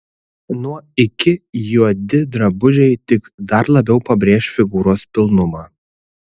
nuo iki juodi drabužiai tik dar labiau pabrėš figūros pilnumą